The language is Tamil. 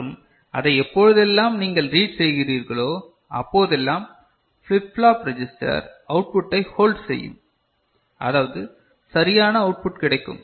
மற்றும் அதை எப்பொழுதெல்லாம் நீங்கள் ரட் செய்கிறீர்களோ அப்போதெல்லாம் flip flop ரெஜிஸ்டர் அவுட்புட்டை ஹோல்ட் செய்யும் அதாவது சரியான அவுட்புட் கிடைக்கும்